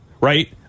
right